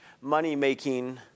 money-making